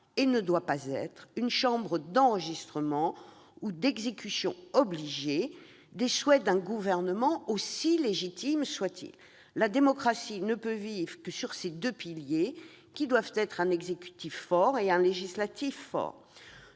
et ne doit pas être une chambre d'enregistrement ou d'exécution obligée des souhaits d'un gouvernement aussi légitime soit-il. La démocratie ne peut vivre que sur les deux piliers que doivent être un exécutif fort et un législatif fort.